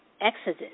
Exodus